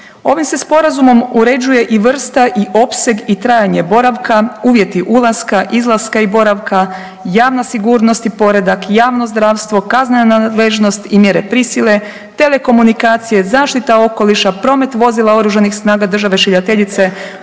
Ovim se Sporazumom uređuje vrsta i opseg i trajanje boravka, uvjeti boravka, uvjeti ulaska, izlaska i boravka, javna sigurnost i poredak, javno zdravstvo, kaznena nadležnost i mjere prisile, telekomunikacije, zaštita okoliša, promet vozila Oružanih snaga države šiljateljice,